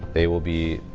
they will be.